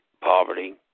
poverty